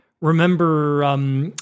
remember